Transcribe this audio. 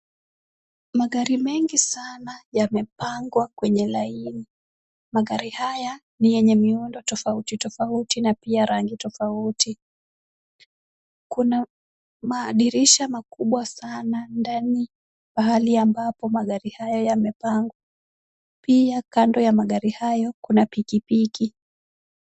Magari mengi sana yamepangwa kwenye laini , magari haya ni yenye miundo tofauti tofauti na pia rangi tofauti, kuna madirisha makubwa sana ndani pahali ambapo magari haya yamepangwa, pia kando ya magari hayo kuna pikipiki.